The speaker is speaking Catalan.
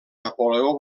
napoleó